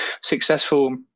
successful